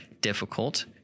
difficult